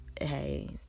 Hey